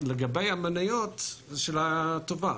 לגבי המניות זאת שאלה טובה.